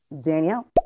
Danielle